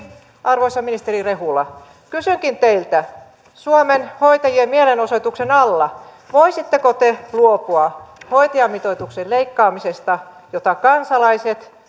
arvoisa ministeri rehula kysynkin teiltä suomen hoitajien mielenosoituksen alla voisitteko te luopua hoitajamitoituksen leikkaamisesta jota eivät kansalaiset